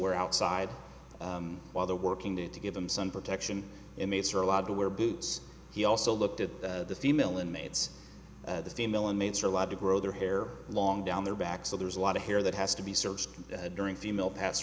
wear outside while they're working there to give them some protection inmates are allowed to wear boots he also looked at the female inmates the female inmates are allowed to grow their hair long down their back so there's a lot of hair that has to be searched during female pass